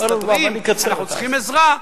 אנחנו צריכים עזרה,